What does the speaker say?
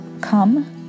come